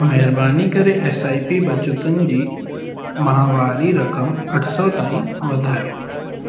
महिरबानी करे S I P बचतुनि जी माहवारी रक़म अठ सौ ताईं वधायो